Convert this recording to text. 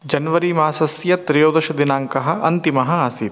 जन्वरिमासस्य त्रयोदश दिनाङ्कः अन्तिमः आसीत्